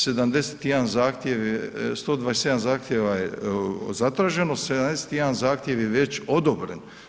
72 zahtjev je, 127 zahtjeva je zatraženo, 71 zahtjev je već odobre.